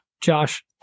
Josh